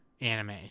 anime